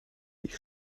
sich